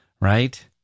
right